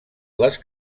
les